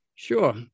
Sure